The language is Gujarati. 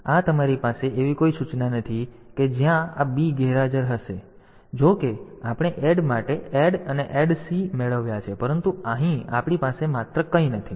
તો આ તમારી પાસે એવી કોઈ સૂચના નથી કે જ્યાં આ b ગેરહાજર છે જો કે આપણે એડ માટે એડ અને એડસી મેળવ્યા છે પરંતુ અહીં આપણી પાસે માત્ર કંઈ નથી